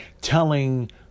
telling